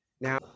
Now